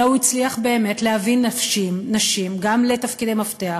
אלא הוא הצליח באמת להביא נשים גם לתפקידי מפתח,